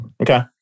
Okay